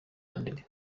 andre